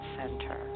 center